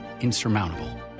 insurmountable